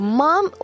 ,mom